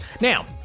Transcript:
now